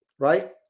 Right